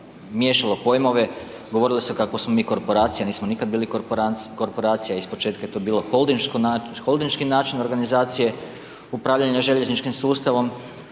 miješalo pojmove, govorilo se kako smo mi korporacija, nismo nikada bili korporacija, iz početka je to bilo holdingški način organizacije, upravljanje željezničkim sustavom,